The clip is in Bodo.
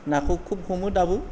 नाखौ खुब हमो दाबो